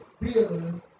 building